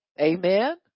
amen